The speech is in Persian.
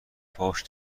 فحش